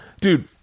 dude